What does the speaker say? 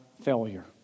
failure